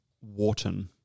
Wharton